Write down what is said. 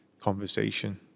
conversation